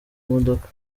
imodoka